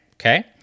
Okay